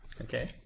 Okay